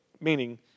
meaning